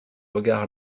regard